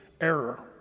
error